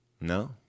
No